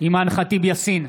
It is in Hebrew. אימאן ח'טיב יאסין,